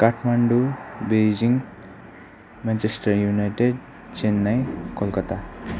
Kathmandu Beijing Manchester United Chennai Calcutta